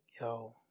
yo